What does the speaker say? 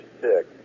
six